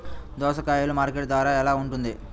దోసకాయలు మార్కెట్ ధర ఎలా ఉంటుంది?